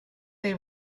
they